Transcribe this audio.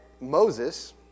Moses